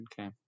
okay